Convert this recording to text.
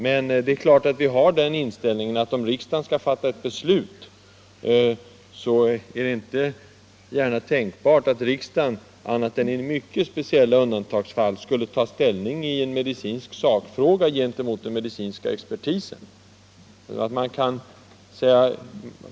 Men vi har naturligtvis den inställningen att det inte gärna är tänkbart att riksdagen annat än i mycket speciella undantagsfall skulle ta ställning i en medicinsk sakfråga mot den medicinska expertisen.